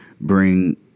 bring